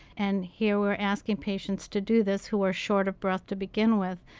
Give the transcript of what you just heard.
and here we're asking patients to do this who are short of breath to begin with.